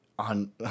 on